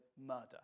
murder